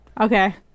Okay